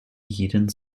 jeden